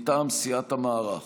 מטעם סיעת המערך.